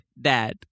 Dad